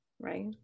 right